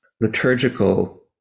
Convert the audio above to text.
liturgical